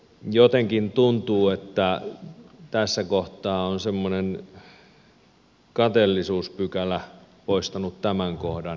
jotenkin tuntuu että tässä kohtaa on semmoinen kateellisuuspykälä poistanut tämän kohdan